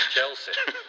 Chelsea